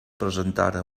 presentara